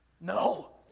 no